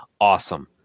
Awesome